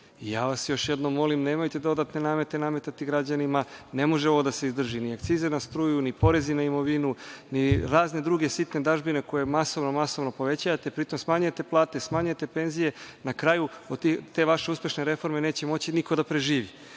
vas još jednom, nemojte dodatne namete nametati građanima, jer ovo ne može da se izdrži, ni akcize na struju, ni porezi na imovinu, ni razne druge sitne dažbine koje masovno povećavate, a pri tome smanjujete plate, smanjujete penzije. Na kraju, od te vaše uspešne reforme neće moći niko da preživi.